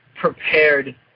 prepared